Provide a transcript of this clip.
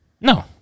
no